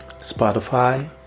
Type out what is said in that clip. Spotify